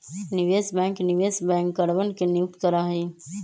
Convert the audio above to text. निवेश बैंक निवेश बैंकरवन के नियुक्त करा हई